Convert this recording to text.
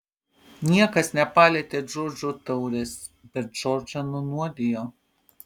niekas nepalietė džordžo taurės bet džordžą nunuodijo